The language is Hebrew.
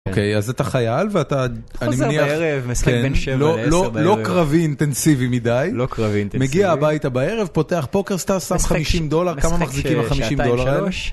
אוקיי, אז אתה חייל ואתה, אני מניח... חוזר בערב, משחק בין שבע לעשר בערב. לא קרבי אינטנסיבי מדי. לא קרבי אינטנסיבי. מגיע הביתה בערב, פותח פוקר סטארס, שם חמישים דולר, כמה מחזיקים החמישים דולר? משחק שעתיים שלוש.